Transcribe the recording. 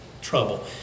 trouble